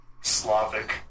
Slavic